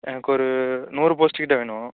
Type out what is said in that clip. எனக்கு ஒரு நூறு போஸ்ட்டுக்கிட்ட வேணும்